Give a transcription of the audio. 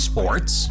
Sports